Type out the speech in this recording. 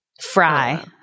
fry